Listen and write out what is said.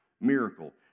miracle